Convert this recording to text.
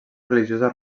religiosa